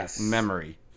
memory